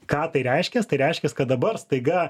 ką tai reiškias tai reiškias kad dabar staiga